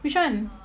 which one